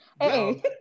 Hey